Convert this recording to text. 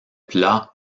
plat